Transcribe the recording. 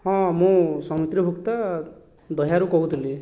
ହଁ ମୁଁ ସମିତ୍ରି ଭୁକ୍ତା ଦହ୍ୟାରୁ କହୁଥିଲି